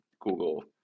Google